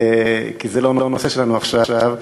כי זה לא הנושא שלנו עכשיו.